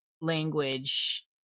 language